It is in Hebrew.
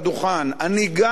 אני גם משוכנע